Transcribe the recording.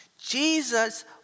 Jesus